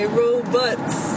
robots